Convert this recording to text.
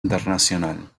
internacional